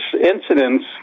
incidents